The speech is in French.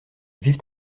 vivent